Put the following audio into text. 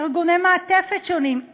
ארגוני מעטפת שונים,